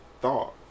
thought